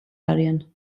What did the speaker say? არიან